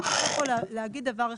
אני רוצה לומר כאן דבר אחד.